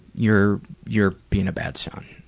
you're you're being a bad son.